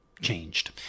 changed